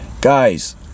Guys